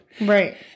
Right